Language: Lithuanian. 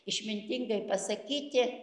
išmintingai pasakyti